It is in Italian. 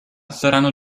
saranno